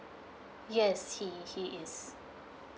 yes he he is